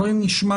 חברים,